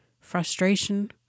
frustration